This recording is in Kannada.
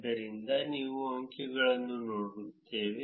ಆದ್ದರಿಂದ ನಾವು ಅಂಕಿಗಳನ್ನು ನೋಡುತ್ತೇವೆ